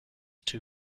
too